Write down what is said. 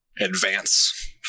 advance